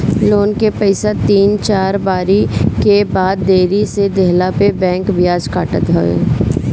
loan के पईसा तीन चार बारी के बाद देरी से देहला पअ बैंक बियाज काटत हवे